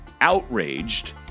outraged